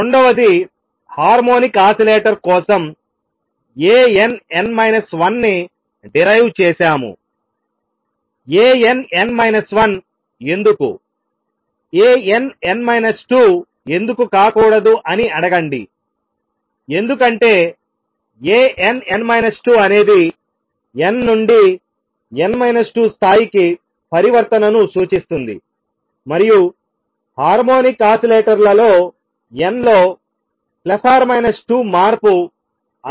రెండవది harmonic oscillator కోసం A n n 1 ని డిరైవ్ చేశాముA n n 1 ఎందుకు A n n 2 ఎందుకు కాకూడదు అని అడగండి ఎందుకంటే A n n 2 అనేది n నుండి n 2 స్థాయి కి పరివర్తనను సూచిస్తుంది మరియు హార్మోనిక్ ఆసిలేటర్లలో n లో2 మార్పు అనుమతించబడదు